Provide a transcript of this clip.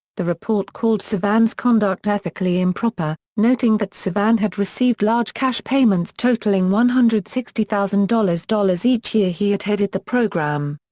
the report called sevan's conduct ethically improper, noting that sevan had received large cash payments totalling one hundred and sixty thousand dollars dollars each year he had headed the programme.